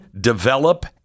develop